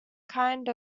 kind